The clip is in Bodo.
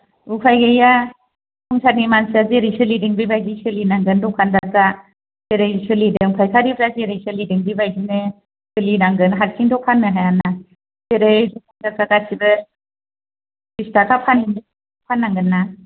उफाय गैया संसारनि मानसिया जेरै सोलिदों बेबायदि सोलिनांगोन दखानदारफ्रा जेरै सोलिदों फायखारिफ्रा जेरै सोलिदों बेबायदिनो सोलिनांगोन हारसिंथ' फाननो हायाना जेरै दखानदारफ्रा गासिबो ट्रिस थाखा फाननांगोनना